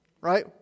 right